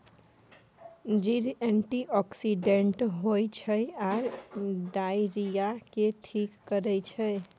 जीर एंटीआक्सिडेंट होइ छै आ डायरिया केँ ठीक करै छै